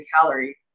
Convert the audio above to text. calories